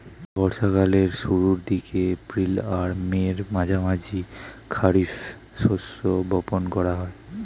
বর্ষা কালের শুরুর দিকে, এপ্রিল আর মের মাঝামাঝি খারিফ শস্য বপন করা হয়